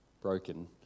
broken